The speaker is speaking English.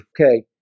Okay